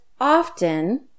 often